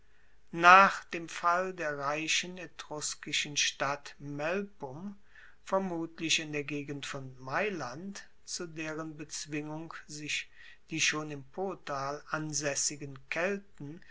nach dem fall der reichen etruskischen stadt melpum vermutlich in der gegend von mailand zu deren bezwingung sich die schon im potal ansaessigen kelten